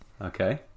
Okay